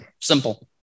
Simple